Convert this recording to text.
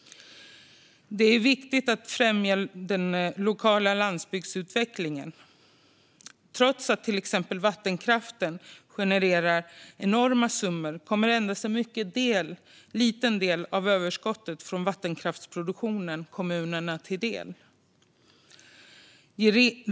Det är viktigt att främja den lokala landsbygdsutvecklingen. Trots att till exempel vattenkraften genererar enorma summor kommer endast en mycket liten andel av överskottet från vattenkraftsproduktionen kommunerna till del.